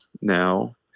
now